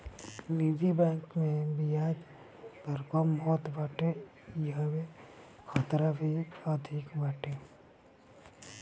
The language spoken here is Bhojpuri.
निजी बैंक में बियाज दर कम होत बाटे इहवा खतरा भी अधिका बाटे